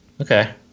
Okay